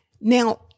Now